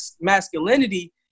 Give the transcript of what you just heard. masculinity